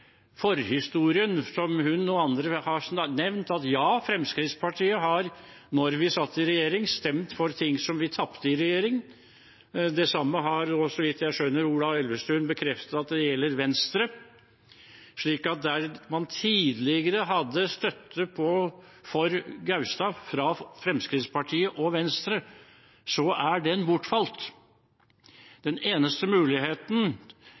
ja, Fremskrittspartiet har, mens vi satt i regjering, stemt for ting som vi tapte i regjering. Det samme har, så vidt jeg skjønner, Ola Elvestuen bekreftet at gjelder Venstre. Så der man tidligere hadde støtte for Gaustad fra Fremskrittspartiet og Venstre, er den nå bortfalt. Den eneste muligheten